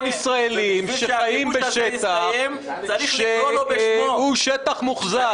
ישראלים שחיים בשטח שהוא שטח מוחזק.